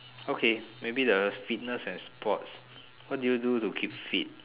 okay maybe the fitness and sports what do you do to keep fit